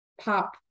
pop